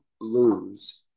lose